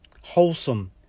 Wholesome